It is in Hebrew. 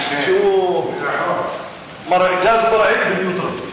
גז מרעיל בניוטרל.